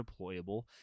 deployable